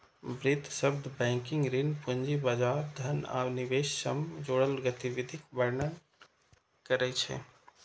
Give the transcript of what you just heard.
वित्त शब्द बैंकिंग, ऋण, पूंजी बाजार, धन आ निवेश सं जुड़ल गतिविधिक वर्णन करै छै